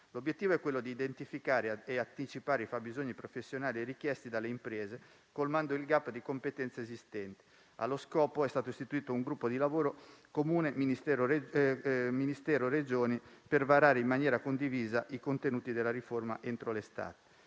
L'obiettivo è quello di identificare e anticipare i fabbisogni professionali richiesti dalle imprese, colmando il *gap* di competenze esistenti. Allo scopo è stato istituito un gruppo di lavoro comune tra Ministero e Regioni, per varare in maniera condivisa i contenuti della riforma entro l'estate.